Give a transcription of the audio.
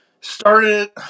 started